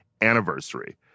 anniversary